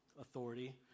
authority